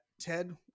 Ted